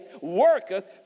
worketh